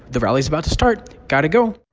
the rally is about to start. got to go